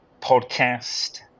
podcast